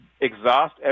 exhaust